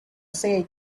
said